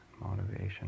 motivation